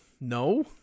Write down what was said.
No